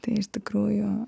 tai iš tikrųjų